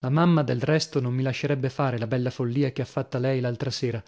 la mamma del resto non mi lascerebbe fare la bella follia che ha fatta lei l'altra sera